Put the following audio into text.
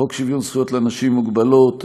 חוק שוויון זכויות לאנשים עם מוגבלות,